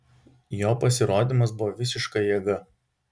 jo pasirodymas buvo visiška jėga